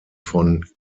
von